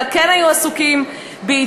אלא כן היו עסוקים ביצירה,